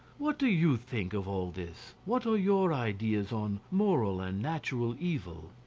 what do you think of all this? what are your ideas on moral and natural evil?